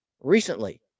recently